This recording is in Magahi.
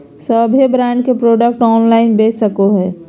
सभे ब्रांड के प्रोडक्ट ऑनलाइन बेच सको हइ